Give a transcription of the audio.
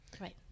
right